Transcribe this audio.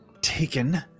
taken